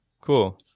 Cool